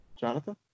jonathan